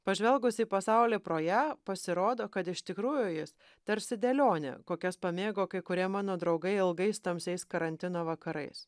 pažvelgus į pasaulį pro ją pasirodo kad iš tikrųjų jis tarsi dėlionė kokias pamėgo kai kurie mano draugai ilgais tamsiais karantino vakarais